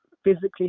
Physically